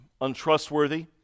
untrustworthy